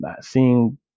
seeing